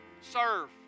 Serve